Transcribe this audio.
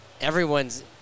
everyone's